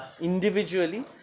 individually